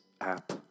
app